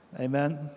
Amen